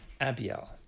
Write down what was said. Abiel